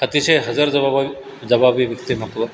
अतिशय हजरजबाब जबाबी व्यक्तिमत्त्व